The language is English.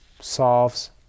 solves